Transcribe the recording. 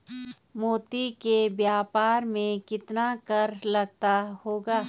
मोती के व्यापार में कितना कर लगता होगा?